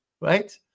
Right